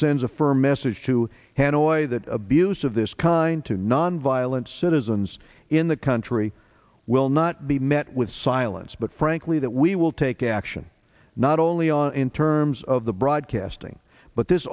sends a firm message to hanoi that abuse of this kind to nonviolent citizens in the country will not be met with silence but frankly that we will take action not only on in terms of the broadcasting but th